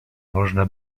można